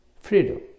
freedom